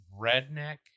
redneck